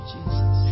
Jesus